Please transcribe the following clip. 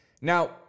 Now